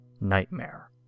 Nightmare